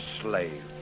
slave